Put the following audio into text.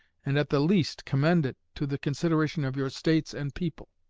and at the least commend it to the consideration of your states and people.